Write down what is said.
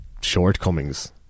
shortcomings